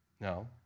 No